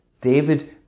David